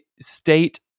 state